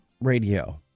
radio